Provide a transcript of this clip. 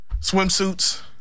swimsuits